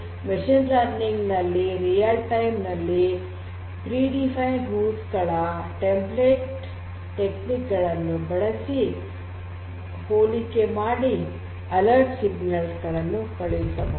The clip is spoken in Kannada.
ಮಷೀನ್ ಲರ್ನಿಂಗ್ ನಲ್ಲಿ ನೈಜ ಸಮಯದಲ್ಲಿ ಪ್ರೆಡಿಫೈನ್ಡ್ ರೂಲ್ಸ್ ಗಳ ಟೆಂಪ್ಲೇಟ್ ತಂತ್ರಗಳನ್ನು ಬಳಸಿ ಹೋಲಿಕೆ ಮಾಡಿ ಎಚ್ಚರಿಕೆ ಸಿಗ್ನಲ್ ಗಳನ್ನು ಕಳುಹಿಸಬಹುದು